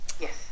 yes